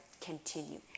continue